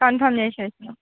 confirm చేసేసాము